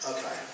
Okay